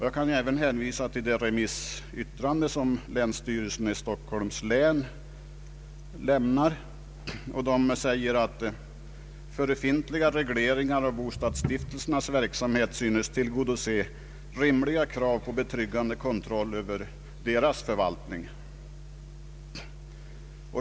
Jag kan även hänvisa till det remissyttrande som länsstyrelsen i Stockholms län lämnat och där det heter att före fintliga regleringar av bostadsstiftelsernas verksamhet synes tillgodose rimliga krav på betryggande kontroll över deras förvaltning.